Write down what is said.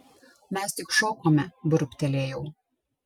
mes tik šokome burbtelėjau